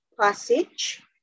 passage